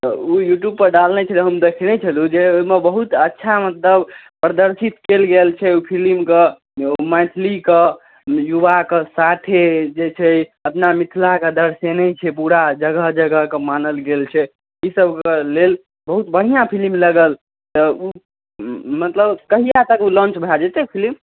तऽ ओ यूट्यूबपर डालने छलै हम देखने छलहुँ जे ओहिमे बहुत अच्छा मतलब प्रदर्शित कएल गेल छै ओ फिलिमके मैथिलीके युवाके साथे जे छै अपना मिथिलाके दर्शेने छै पूरा जगह जगहके मानल गेल छै एहिसबके लेल बहुत बढ़िआँ फिलिम लागल तऽ ओ मतलब कहिआ तक ओ लॉन्च भऽ जेतै फिलिम